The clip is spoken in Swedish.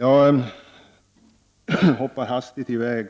Jag hoppar nu hastigt i väg